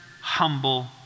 humble